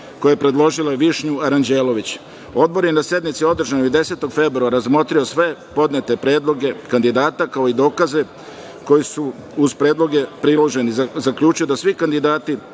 koje je predložilo Višnju Aranđelović. Odbor je na sednici održanoj 10. februara razmotrio sve podnete predloge kandidata kao i dokaze koje su uz predloge priloženi, zaključio da svi kandidati